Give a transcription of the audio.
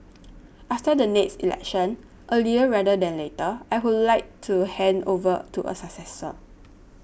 after the next election earlier rather than later I would like to hand over to a successor